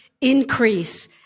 increase